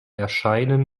erscheinen